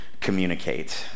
communicate